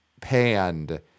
panned